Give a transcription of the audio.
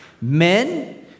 men